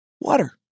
Water